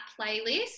playlist